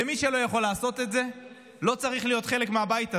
ומי שלא יכול לעשות את זה לא צריך להיות חלק מהבית הזה.